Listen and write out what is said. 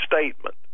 statement